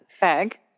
Bag